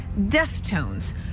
Deftones